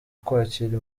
kwakira